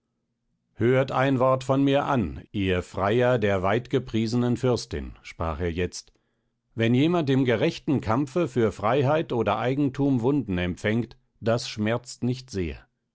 hort ein wort von mir an ihr freier der weitgepriesenen fürstin sprach er jetzt wenn jemand im gerechten kampfe für freiheit oder eigentum wunden empfängt das schmerzt nicht sehr